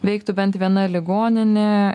veiktų bent viena ligoninė